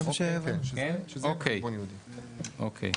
אוקיי, אוקיי.